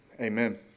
Amen